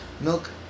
milk